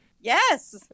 yes